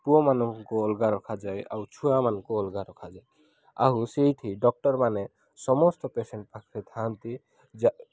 ପୁଅମାନଙ୍କୁ ଅଲଗା ରଖାଯାଏ ଆଉ ଛୁଆମାନଙ୍କୁ ଅଲଗା ରଖାଯାଏ ଆଉ ସେଇଠି ଡକ୍ଟରମାନେ ସମସ୍ତ ପେସେଣ୍ଟ୍ ପାଖରେ ଥାଆନ୍ତି ଯା